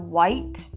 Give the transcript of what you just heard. White